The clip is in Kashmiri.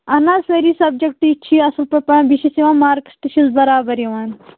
اَہَن حظ سٲری سَبجٮ۪کٹ چھِ اَصٕل پٲٹھۍ پَران بیٚیہِ چھِس یِوان مارکٕس تہِ چھِس برابر یِوان